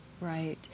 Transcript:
Right